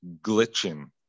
glitching